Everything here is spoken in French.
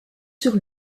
sur